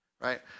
Right